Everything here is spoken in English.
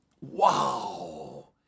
Wow